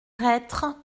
reîtres